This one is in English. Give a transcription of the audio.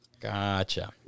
Gotcha